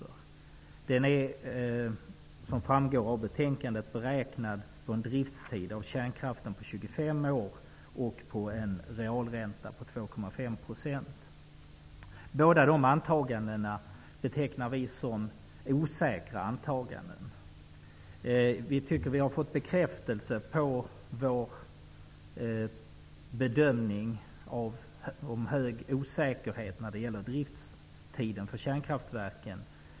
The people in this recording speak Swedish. Avgiften är, som framgår av betänkandet, beräknad på en driftstid av kärnkraftsverk på 25 år och på en realränta på Båda dessa antaganden betecknar vi som osäkra antaganden. Vi tycker att vi har fått vår bedömning av den höga osäkerheten på driftstiden för kärnkraftsverk bekräftad.